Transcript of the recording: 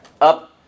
up